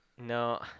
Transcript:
No